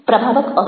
પ્રભાવક અવાજ